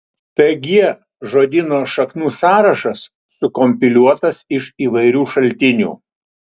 tg žodyno šaknų sąrašas sukompiliuotas iš įvairių šaltinių